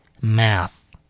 Math